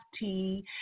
tea